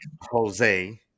Jose